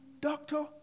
Doctor